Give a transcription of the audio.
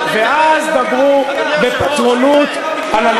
ואז דברו בפטרונות על הליכוד.